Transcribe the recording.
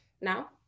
now